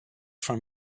from